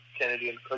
Canadian